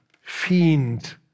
fiend